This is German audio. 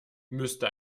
müsste